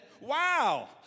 wow